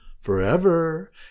forever